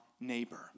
neighbor